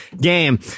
game